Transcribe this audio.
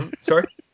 Sorry